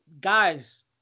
Guys